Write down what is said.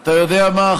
אתה יודע מה,